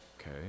Okay